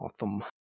Awesome